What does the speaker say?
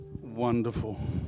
Wonderful